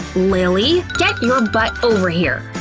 lilly, get your butt over here!